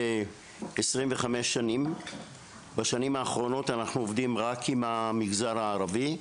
בשנים האחרונות אנחנו עובדים רק עם המפזר הערבי,